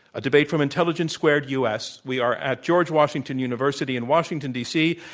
a debate from intelligence squared u. s. we are at george washington university in washington, d. c,